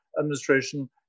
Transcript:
administration